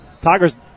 Tigers